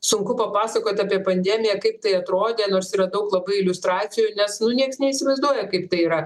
sunku papasakoti apie pandemiją kaip tai atrodė nors yra daug labai iliustracijų nes nieks neįsivaizduoja kaip tai yra